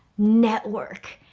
network,